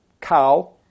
cow